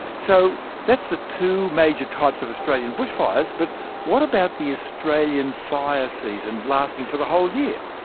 so that's the two major types of australian bushfires, but what about the australian fire season lasting for the whole year?